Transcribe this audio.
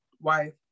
wife